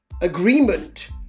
agreement